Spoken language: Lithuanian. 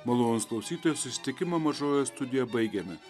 malonūs klausytojai susitikimą mažojoje studijoje baigiame